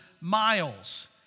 miles